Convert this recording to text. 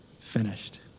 finished